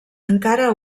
encara